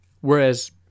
whereas